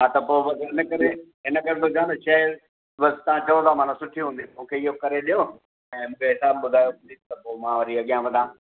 हा त पोइ बसि इन करे इन करे थो चवां शइ बसि तव्हां चओ था माना शइ सुठी हूंदी मूंखे इहो करे ॾियो ऐं पैसा बि ॿुधायो प्लीज त पोइ मां वरी अॻियां वधां